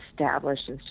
established